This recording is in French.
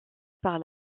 par